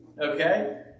Okay